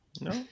No